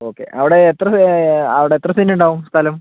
okay അവിടെ എത്ര cent അവിടെ എത്ര സെൻറുണ്ടാവും സ്ഥലം